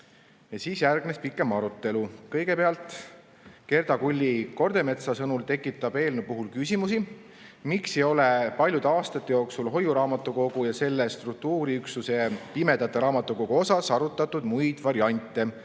ei ole. Järgnes pikem arutelu. Kõigepealt Gerda Kulli-Kordemetsa sõnul tekitab eelnõu puhul küsimusi, miks ei ole paljude aastate jooksul hoiuraamatukogu ja selle struktuuriüksuse, pimedate raamatukogu puhul arutatud muid variante